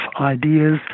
ideas